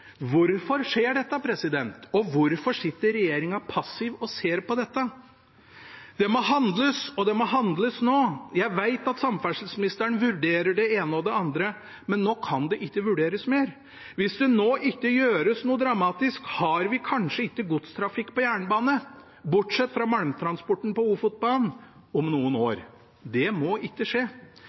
Hvorfor skjer dette? Og hvorfor sitter regjeringen passiv og ser på dette? Det må handles – og det må handles nå. Jeg vet at samferdselsministeren vurderer det ene og det andre, men nå kan det ikke vurderes mer. Hvis det nå ikke gjøres noe dramatisk, har vi kanskje ikke godstrafikk på jernbane, bortsett fra malmtransporten på Ofotbanen, om noen år. Det må ikke skje.